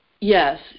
Yes